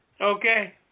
Okay